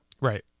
Right